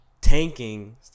tanking